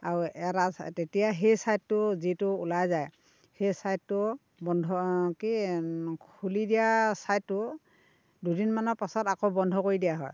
আৰু এটা ছাইড তেতিয়া সেই ছাইডটো যিটো ওলাই যায় সেই ছাইডটো বন্ধ কি খুলি দিয়া ছাইডটো দুদিনমানৰ পাছত আকৌ বন্ধ কৰি দিয়া হয়